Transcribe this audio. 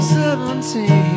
seventeen